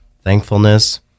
Thankfulness